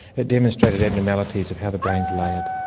it demonstrated abnormalities of how the brain is layered,